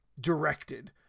directed